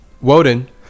Woden